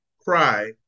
cry